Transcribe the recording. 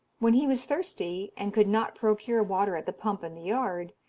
when he was thirsty, and could not procure water at the pump in the yard,